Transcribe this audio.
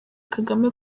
kagame